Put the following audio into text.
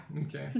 Okay